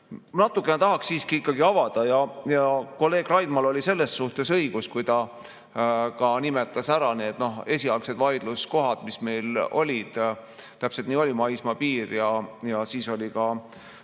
Natukene tahaksin siiski [neid vaidluskohti] avada. Kolleeg Raidmal oli selles suhtes õigus, kui ta nimetas ära need esialgsed vaidluskohad, mis meil olid. Täpselt nii oli: maismaapiir ja siis oli ka